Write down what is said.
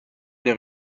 des